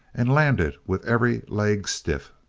and landed with every leg stiff.